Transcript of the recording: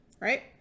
right